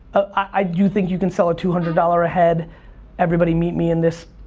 i do think you can seel a two hundred dollars a head everybody meet me in this,